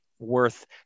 worth